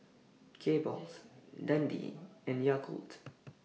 Kbox Dundee and Yakult